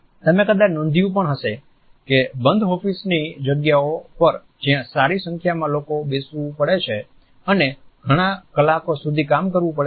તમે કદાચ નોંધ્યું પણ હશે કે બંધ ઓફિસની જગ્યાઓ પર જ્યાં સારી સંખ્યામાં લોકોને બેસવું પડે છે અને ઘણાં કલાકો સુધી કામ કરવું પડે છે